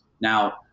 Now